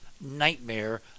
nightmare